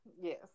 Yes